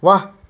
ವಾಹ್